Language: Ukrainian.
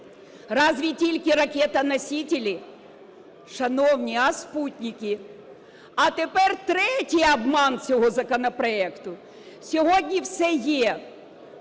Разве только ракетоносители? Шановні, а супутники? А тепер третій обман цього законопроекту. Сьогодні все є,